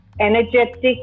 energetic